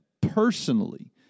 personally